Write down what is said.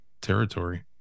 territory